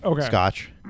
scotch